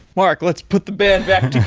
mark, let's put the band back